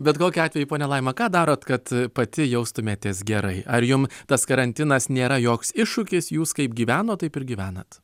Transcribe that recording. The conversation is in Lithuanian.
bet kokiu atveju ponia laima ką darot kad pati jaustumėtės gerai ar jum tas karantinas nėra joks iššūkis jūs kaip gyvenot taip ir gyvenat